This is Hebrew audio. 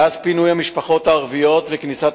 מאז פינוי המשפחות הערביות וכניסת